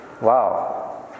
Wow